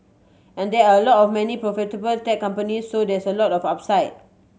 and there are a lot of many profitable tech company so there's a lot of upside